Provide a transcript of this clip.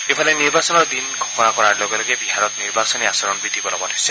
ইফালে নিৰ্বাচনৰ দিন ঘোষণা কৰাৰ লগে লগে বিহাৰত নিৰ্বাচনী আচৰণ বিধি বলবৎ হৈছে